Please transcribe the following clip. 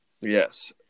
Yes